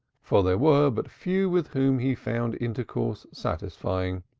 for there were but few with whom he found intercourse satisfying.